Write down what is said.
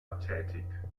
tätig